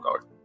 out